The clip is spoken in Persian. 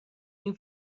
این